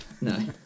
No